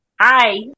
Hi